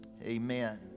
Amen